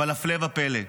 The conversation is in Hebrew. אבל הפלא ופלא,